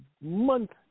month